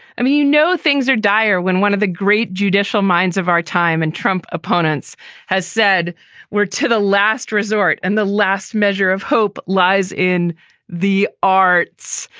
i mean, you know, things are dire when one of the great judicial minds of our time and trump opponents has said we're to the last resort and the last measure of hope lies in the arts,